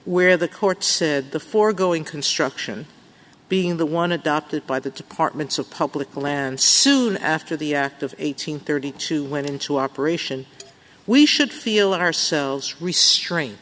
where the court said the foregoing construction being the one adopted by the departments of public land soon after the act of eight hundred thirty two went into operation we should feel ourselves restrain